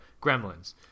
gremlins